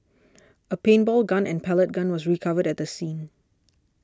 a paintball gun and pellet gun were recovered at the scene